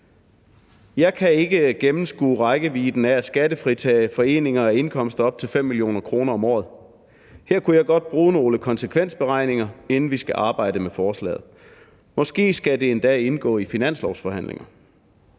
Jeg kan ikke gennemskue rækkevidden af at skattefritage foreninger for indkomster op til 5 mio. kr. om året. Her kunne jeg godt bruge nogle konsekvensberegninger, inden vi skal arbejde med forslaget. Måske skal det endda indgå i finanslovsforhandlingerne.